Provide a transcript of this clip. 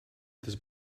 this